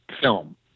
film